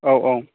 औ औ